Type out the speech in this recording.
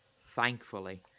thankfully